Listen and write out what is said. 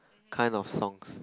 kind of songs